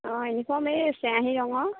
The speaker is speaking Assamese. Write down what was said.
অঁ ইউনিফৰ্ম এই চিয়াঁহী ৰঙৰ